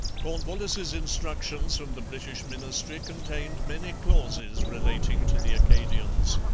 cornwallis's instructions from the british ministry contained many clauses relating to the acadians.